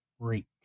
break